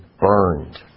burned